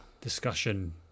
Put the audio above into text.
discussion